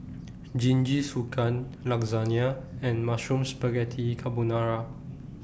Jingisukan Lasagna and Mushroom Spaghetti Carbonara